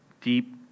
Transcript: deep